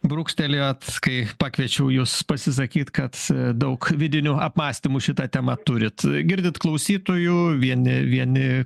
brūkštelėjot kai pakviečiau jus pasisakyt kad daug vidinių apmąstymų šita tema turit girdit klausytojų vieni vieni